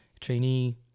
trainee